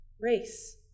race